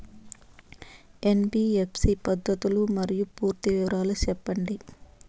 NBFC పద్ధతులు మరియు పూర్తి వివరాలు సెప్పండి?